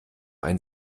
einen